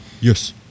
Yes